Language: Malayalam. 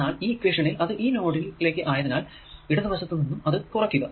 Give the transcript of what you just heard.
എന്നാൽ ഈ ഇക്വേഷനിൽ അത് ഈ നോഡിലേക്കു ആയതിനാൽ ഇടതു വശത്തു നിന്നും അത് കുറക്കുക